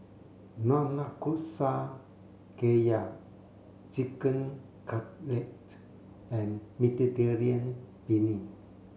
Nanakusa Gayu Chicken Cutlet and Mediterranean Penne